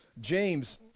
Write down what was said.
James